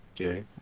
okay